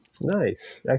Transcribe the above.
Nice